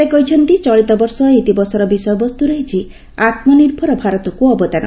ସେ କହିଛନ୍ତି ଚଳିତବର୍ଷ ଏହି ଦିବସର ବିଷୟବସ୍ତୁ ରହିଛି 'ଆତ୍ମନିର୍ଭର ଭାରତକୁ ଅବଦାନ